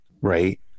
right